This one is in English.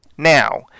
Now